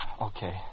Okay